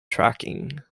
tracking